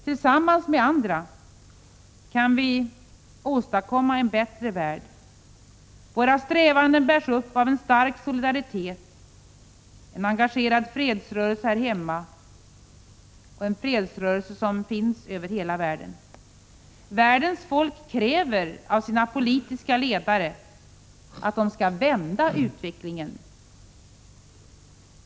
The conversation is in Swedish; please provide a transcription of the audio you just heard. Tillsammans med andra kan vi åstadkomma en bättre värld. Våra strävanden bärs upp av en stark solidaritet och en engagerad fredsrörelse här hemma och över hela världen. Världens folk kräver av sina politiska ledare att de skall vända utvecklingen.